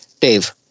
Dave